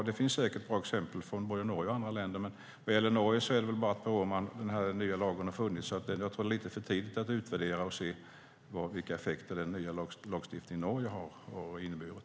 Det finns säkert bra exempel från både Norge och andra länder. Men när det gäller Norge har den nya lagen funnits i bara ett par år. Jag tror därför att det är lite för tidigt att utvärdera vilka effekter den nya lagstiftningen i Norge har haft.